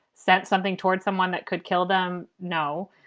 said something toward someone that could kill them? no.